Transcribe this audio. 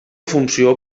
funció